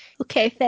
okay